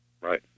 right